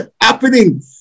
happening